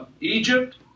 Egypt